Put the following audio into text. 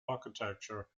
architecture